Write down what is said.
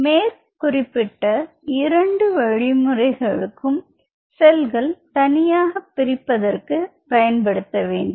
மேற்குறிப்பிட்ட இரண்டு வழிமுறைகளுக்கும் செல்கள் தனியாகப் பிரிப்பதற்கு பயன்படுத்த வேண்டும்